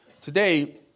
Today